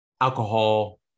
alcohol